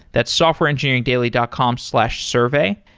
that's softwareengineeringdaily dot com slash survey,